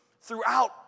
throughout